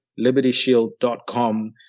LibertyShield.com